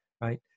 right